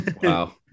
Wow